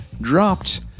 dropped